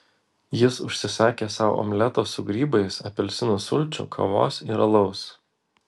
jis užsisakė sau omleto su grybais apelsinų sulčių kavos ir alaus